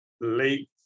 late